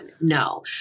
No